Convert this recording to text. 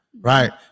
right